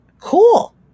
cool